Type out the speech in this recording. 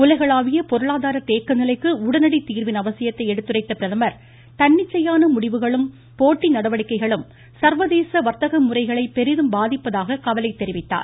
உலகளாவிய பொருளாதார தேக்க நிலைக்கு உடனடி தீர்வின் அவசியத்தை எடுத்துரைத்த அவர் தன்னிச்சையான முடிவுகளும் போட்டி நடவடிக்கைகளும் சர்வதேச வர்த்தக முறைகளை பெரிதும் பாதிப்பதாக கவலை தெரிவித்தார்